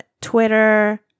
Twitter